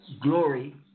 glory